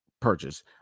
purchase